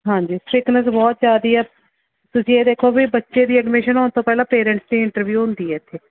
ਹਾਂਜੀ ਸਟ੍ਰਿਕਨੈੱਸ ਬਹੁਤ ਜ਼ਿਆਦਾ ਹੈ ਤੁਸੀਂ ਇਹ ਦੇਖੋ ਵੀ ਬੱਚੇ ਦੀ ਅਡਮੀਸ਼ਨ ਹੋਣ ਤੋਂ ਪਹਿਲਾਂ ਪੇਰੈਂਟਸ ਦੀ ਇੰਟਰਵਿਊ ਹੁੰਦੀ ਇੱਥੇ